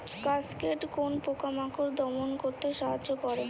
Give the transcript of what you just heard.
Cascade কোন পোকা মাকড় দমন করতে সাহায্য করে?